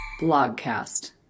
Blogcast